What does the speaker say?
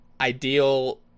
ideal